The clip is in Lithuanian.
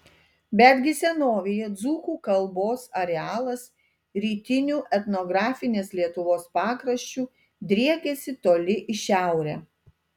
betgi senovėje dzūkų kalbos arealas rytiniu etnografinės lietuvos pakraščiu driekėsi toli į šiaurę